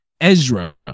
Ezra